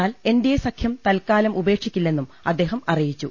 എന്നാൽ എൻഡിഎ സഖ്യം തൽക്കാലം ഉപേക്ഷിക്കില്ലെന്നും അദ്ദേഹം അറിയിച്ചു